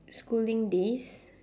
schooling days